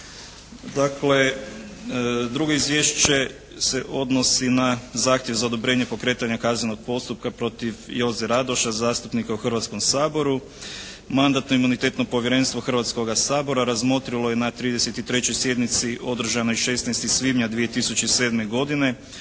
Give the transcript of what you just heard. Dakle, drugo izvješće se odnosi na zahtjev za odobrenje pokretanja kaznenog postupka protiv Joze Radoša, zastupnika u Hrvatskom saboru. Mandatno-imunitetno povjerenstvo Hrvatskoga sabora razmotrilo je na 33. sjednici održanoj 16. svibnja 2007. godine